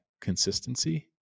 consistency